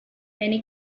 many